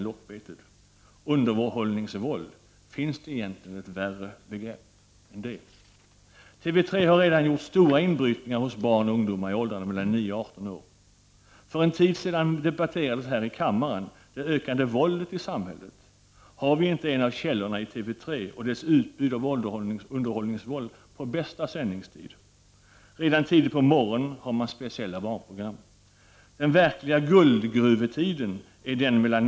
Underhållningsvåld — finns det egentligen ett värre begrepp än det? För en tid sedan debatterades här i kammaren det ökande våldet i samhället. Har vi inte en av källorna i TV 3 och dess utbud av underhållningsvåld på bästa sändningstid? Redan tidigt på morgonen har man speciella barnprogram. Den verkliga guldgruvetiden är den mellan kl.